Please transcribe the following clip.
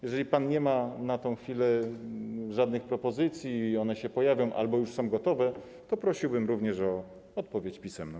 Jeżeli pan nie ma na tę chwilę żadnych propozycji, one się pojawią albo już są gotowe, to prosiłbym również o odpowiedź pisemną.